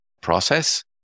process